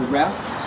rest